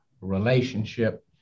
relationship